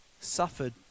suffered